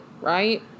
Right